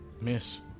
Miss